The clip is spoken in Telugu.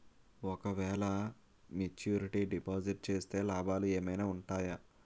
ఓ క వేల మెచ్యూరిటీ డిపాజిట్ చేస్తే లాభాలు ఏమైనా ఉంటాయా?